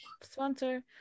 Sponsor